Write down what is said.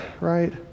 right